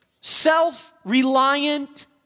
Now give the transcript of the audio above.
self-reliant